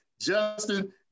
Justin